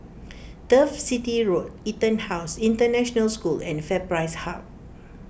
Turf City Road EtonHouse International School and FairPrice Hub